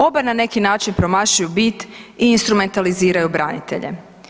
Oba na neki način promašuju bit i intrumentaliziraju branitelje.